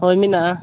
ᱦᱳᱭ ᱢᱮᱱᱟᱜᱼᱟ